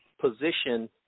position